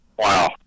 Wow